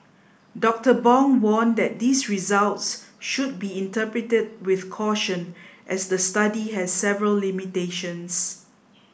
Doctor Bong warned that these results should be interpreted with caution as the study has several limitations